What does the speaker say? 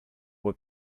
were